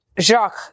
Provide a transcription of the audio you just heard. Jacques